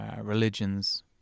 religions